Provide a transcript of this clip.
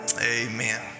amen